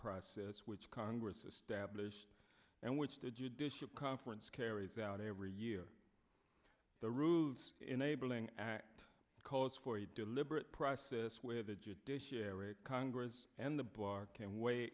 process which congress established and which the judicial conference carries out every year the roots enabling act calls for a deliberate process where the judiciary congress and the block can weigh